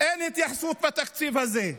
אין התייחסות בתקציב הזה.